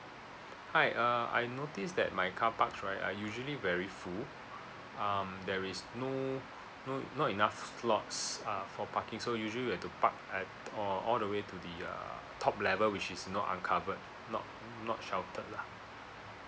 hi uh I notice that my carparks right are usually very full um there is no no not enough slots uh for parking so usually we have to park at all the way to the uh top level which is not uncovered not not sheltered lah